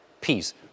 peace